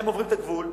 הם עוברים את הגבול,